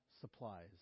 supplies